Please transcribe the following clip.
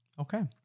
Okay